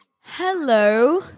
hello